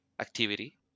activity